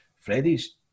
Freddie's